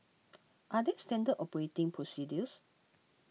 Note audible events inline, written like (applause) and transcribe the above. (noise) are there standard operating procedures